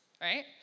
right